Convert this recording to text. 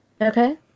Okay